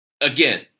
Again